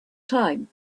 time